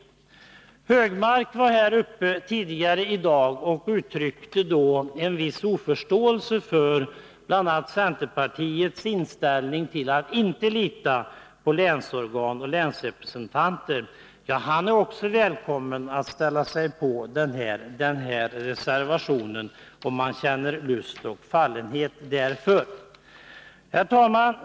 Anders Högmark var uppe i debatten tidigare i dag och uttryckte då en viss bristande förståelse för bl.a. centerpartiets inställning — att inte lita på länsorgan och länsrepresentanter. Han är också välkommen att ställa upp på den här reservationen om han känner lust till det. Herr talman!